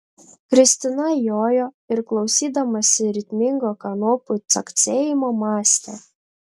kristina jojo ir klausydamasi ritmingo kanopų caksėjimo mąstė